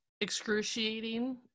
excruciating